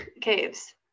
Caves